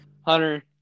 Hunter